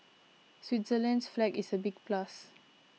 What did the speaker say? Switzerland's flag is a big plus